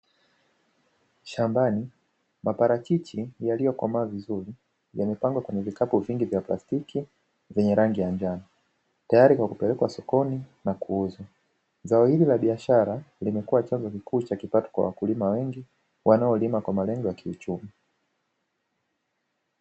Shambani maparachichi yaliyokomaa vizuri yamepangwa kwenye vikapu vingi vya plastiki vyenye rangi ya njano, tayari kwa kupelekwa sokoni na kuuzwa. Zao hili la biashara limekuwa chanzo kikuu cha kipato kwa wakulima wengi wanaolima kwa malengo ya kiuchumi.